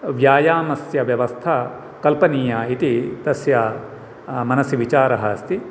व्यावामस्य व्यवस्था कल्पनीया इति तस्य मनसि विचारः अस्ति